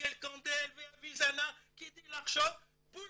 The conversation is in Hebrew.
ואריאל קנדל כדי לחשוב, בולשיט.